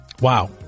Wow